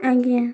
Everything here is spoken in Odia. ଆଜ୍ଞା